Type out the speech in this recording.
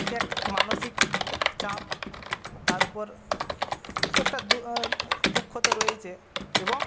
একে এক মানসিক চাপ তার ওপর একটা দুঃখ তো রয়েইছে এবং